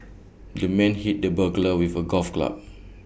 the man hit the burglar with A golf club